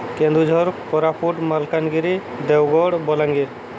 Keonjhar Koraput Malkangiri Deogarh Balangir